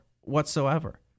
whatsoever